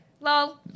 Lol